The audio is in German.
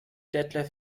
detlef